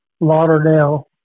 Lauderdale